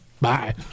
Bye